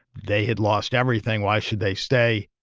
they had lost everything. why should they stay?